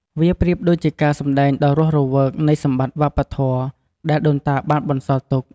វាប្រៀបដូចជាការសម្ដែងដ៏រស់រវើកនៃសម្បតិ្តវប្បធម៌ដែលដូនតាបានបន្សល់ទុក។